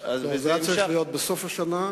זה היה צריך להיות בסוף השנה,